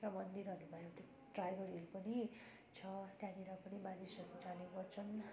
र मन्दिरहरू भयो त्यो टाइगर हिल पनि छ त्यहाँनेर पनि मानिसहरू जाने गर्छन्